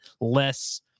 less